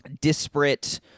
disparate